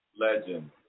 Legend